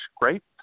great